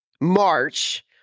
March